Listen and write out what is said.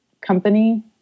company